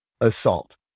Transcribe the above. assault